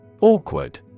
Awkward